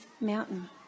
mountain